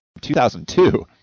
2002